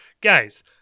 guys